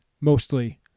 mostly